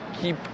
keep